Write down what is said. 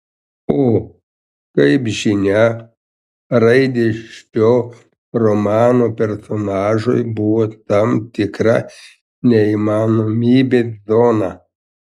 o kaip žinia raidės šio romano personažui buvo tam tikra neįmanomybės zona